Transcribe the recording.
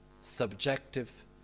Subjective